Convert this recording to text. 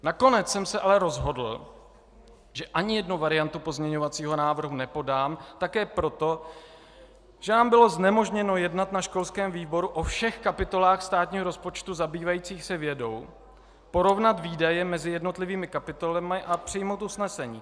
Nakonec jsem se ale rozhodl, že ani jednu variantu pozměňovacího návrhu nepodám, také proto, že nám bylo znemožněno jednat na školském výboru o všech kapitolách státního rozpočtu zabývajících se vědou, porovnat výdaje mezi jednotlivými kapitolami a přijmout usnesení.